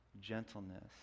gentleness